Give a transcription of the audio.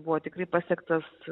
buvo tikrai pasiektas